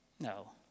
No